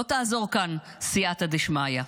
לא תעזור כאן סייעתא דשמיא.